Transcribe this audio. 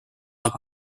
aga